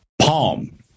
Palm